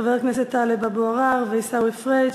חברי הכנסת טלב אבו עראר ועיסאווי פריג'